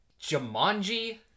Jumanji